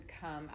come